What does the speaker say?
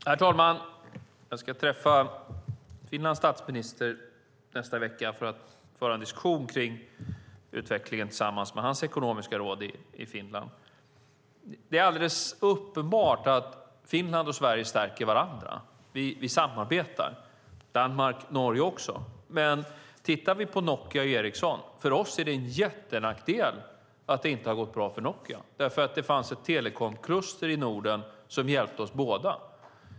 Herr talman! Jag ska träffa Finlands statsminister nästa vecka för att tillsammans med hans ekonomiska råd i Finland föra en diskussion om utvecklingen. Det är alldeles uppenbart att Finland och Sverige stärker varandra. Vi samarbetar. Det gör vi också med Danmark och Norge. Men tittar vi på Nokia och Ericsson är det för oss en jättenackdel att det inte har gått bra för Nokia, därför att det fanns ett telekomkluster i Norden som hjälpte oss båda.